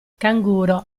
canguro